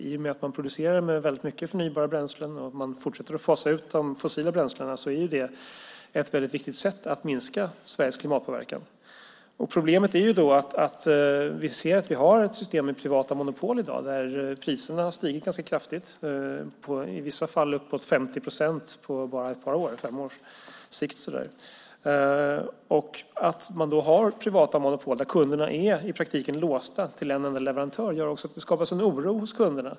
I och med att man producerar väldigt mycket förnybara bränslen och fortsätter att fasa ut de fossila bränslena är det ett väldigt viktigt sätt att minska Sveriges klimatpåverkan. Problemet är att vi har ett system med privata monopol i dag, där priserna har stigit ganska kraftigt, i vissa fall uppåt 50 procent på bara ett par år. Att man har privata monopol där kunderna i praktiken är låsta till en enda leverantör gör också att det skapas oro hos kunderna.